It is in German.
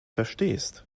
verstehst